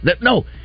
no